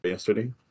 yesterday